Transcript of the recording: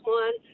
one